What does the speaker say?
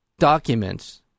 Documents